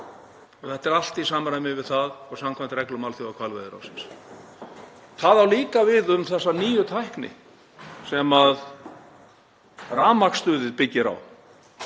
Þetta er allt í samræmi við það og samkvæmt reglum Alþjóðahvalveiðiráðsins. Það á líka við um þessa nýju tækni sem rafmagnsstuðið byggir á.